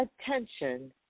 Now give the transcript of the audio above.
attention